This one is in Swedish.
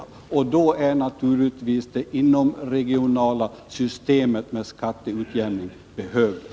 I sådana fall är självfallet ett inomregionalt system med skatteutjämning behövligt.